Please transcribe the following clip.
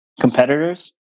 competitors